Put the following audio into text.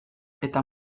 eta